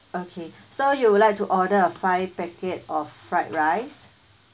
okay so you would like to order a five packets of fried rice